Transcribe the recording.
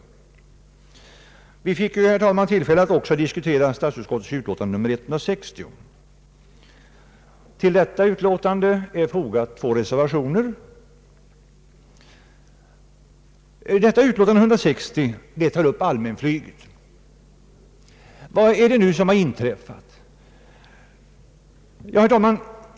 Vi fick ju, herr talman, i samband med detta ärende också möjlighet att diskutera statsutskottets utlåtande nr 160. Till detta utlåtande har fogats två reservationer, och utlåtandet tar upp frågor rörande det svenska allmänflyget m.m. Vad är det nu som har inträffat?